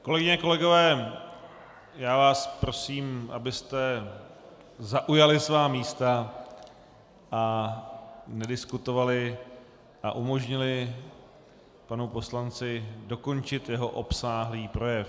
Kolegyně, kolegové, já vás prosím, abyste zaujali svá místa a nediskutovali a umožnili panu poslanci dokončit jeho obsáhlý projev.